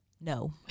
No